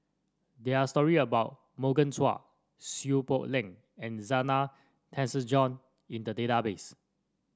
there are story about Morgan Chua Seow Poh Leng and Zena Tessensohn in the database